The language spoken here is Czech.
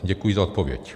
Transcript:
Děkuji za odpověď.